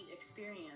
experience